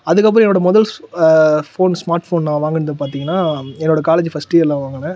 அதுக்கப்புறம் என்னோடய முதல் ஸ் ஃபோன் ஸ்மார்ட் ஃபோன் நான் வாங்கினது பார்த்தீங்கன்னா என்னோடய காலேஜ் ஃபர்ஸ்ட் இயரில் வாங்கினேன்